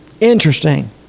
Interesting